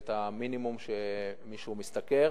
ואת המינימום שמישהו משתכר.